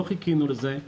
לא חיכינו לזה,